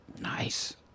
Nice